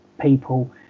people